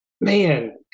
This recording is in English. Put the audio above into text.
man